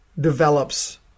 develops